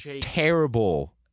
terrible